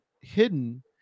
hidden